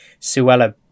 suella